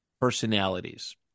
personalities